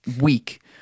week